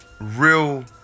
real